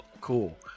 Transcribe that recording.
cool